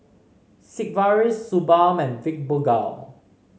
Sigvaris Suu Balm and Fibogel